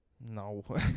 no